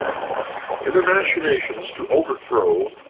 in their machinations to overthrow,